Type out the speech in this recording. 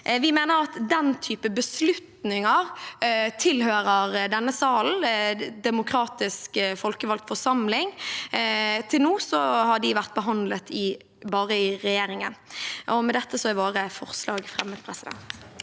Vi mener at den type beslutninger tilhører denne salen, en demokratisk folkevalgt forsamling. Til nå har de vært behandlet bare i regjeringen. Med dette er våre forslag fremmet. Presidenten